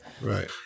Right